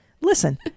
Listen